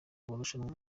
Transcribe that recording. marushanwa